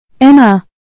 Emma